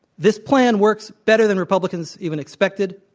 this plan worked better than republicans even expected.